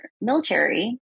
military